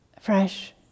fresh